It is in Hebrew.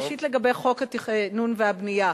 ראשית, לגבי חוק התכנון והבנייה,